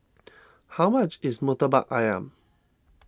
how much is Murtabak Ayam